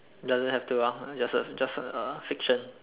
doesn't have to ah just a just a fiction